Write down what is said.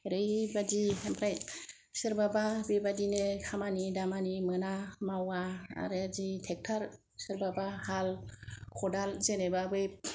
ओरैबायदि ओमफ्राय सोरबाबा बेबादिनो खामानि दामानि मोना मावा आरो ट्रेक्टर सोरबाबा हाल खदाल जेनेबा बै